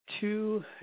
Two